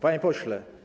Panie Pośle!